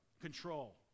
control